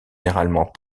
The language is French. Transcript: généralement